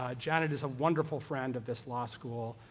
ah janet is a wonderful friend of this law school,